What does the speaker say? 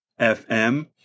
FM